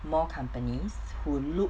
more companies who look